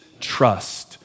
trust